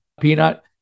peanut